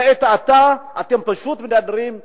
לעת עתה, אתם פשוט מדרדרים אותנו,